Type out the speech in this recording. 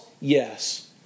Yes